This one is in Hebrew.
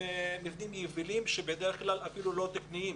במבנים יבילים שבדרך כלל הם אפילו לא תקניים.